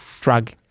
drug